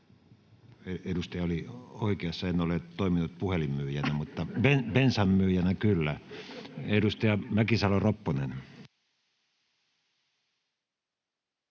Edustaja oli oikeassa, en ole toiminut puhelinmyyjänä, mutta bensanmyyjänä kyllä. — Edustaja Mäkisalo-Ropponen.